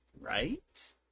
Right